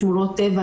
שמורות טבע,